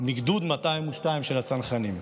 202 של הצנחנים.